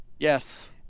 Yes